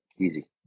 easy